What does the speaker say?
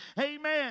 Amen